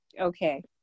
okay